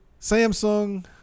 Samsung